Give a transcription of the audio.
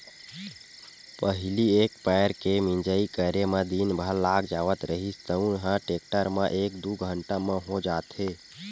पहिली एक पैर के मिंजई करे म दिन भर लाग जावत रिहिस तउन ह टेक्टर म एक दू घंटा म हो जाथे